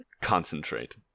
concentrate